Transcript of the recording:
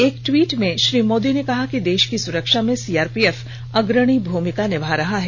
एक टवीट में श्री मोदी ने कहा कि देश की सुरक्षा में सीआरपीएफ अग्रणी भूमिका निभा रहा है